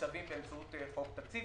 שמעוצבים באמצעות חוק תקציב.